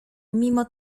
mimo